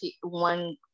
one